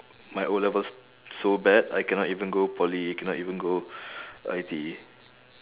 my O-levels so bad I cannot even go poly cannot even go I_T_E